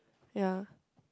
ya